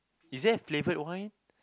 is there flavoured wine